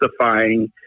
justifying